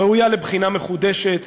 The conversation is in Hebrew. ראויה לבחינה מחודשת.